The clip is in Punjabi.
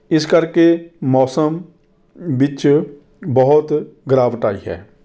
ਇਸ ਕਰਕੇ ਮੌਸਮ ਵਿੱਚ ਬਹੁਤ ਗਿਰਾਵਟ ਆਈ ਹੈ